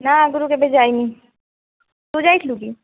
ନା ଆଗରୁ କେବେ ଯାଇନି ତୁ ଯାଇଥିଲୁ କି